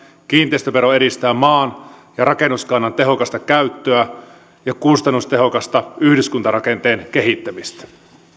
kiinteistövero edistää maan ja rakennuskannan tehokasta käyttöä ja kustannustehokasta yhdyskuntarakenteen kehittämistä